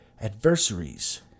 adversaries